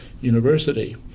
university